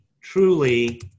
truly